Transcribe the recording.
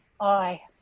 Aye